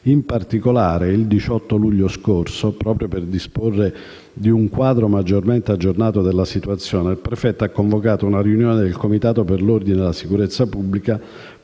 In particolare, il 18 luglio scorso, proprio per disporre di un quadro maggiormente aggiornato della situazione, il prefetto ha convocato una riunione del Comitato per l'ordine e la sicurezza pubblica